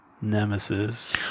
nemesis